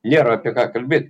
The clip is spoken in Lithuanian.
nėra apie ką kalbėt